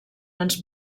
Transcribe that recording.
ens